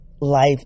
life